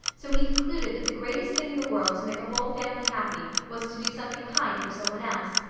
so he concluded that the greatest thing in the world to make a whole family happy was to do something kind for someone else.